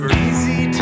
easy